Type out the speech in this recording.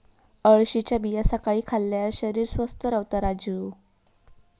अळशीच्या बिया सकाळी खाल्ल्यार शरीर स्वस्थ रव्हता राजू